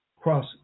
cross